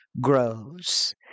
grows